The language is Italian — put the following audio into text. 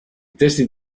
testi